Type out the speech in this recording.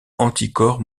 anticorps